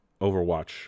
Overwatch